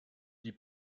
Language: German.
die